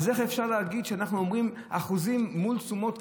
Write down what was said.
אז איך אפשר להגיד שאנחנו אומדים אחוזים מול תשומות,